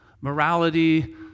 morality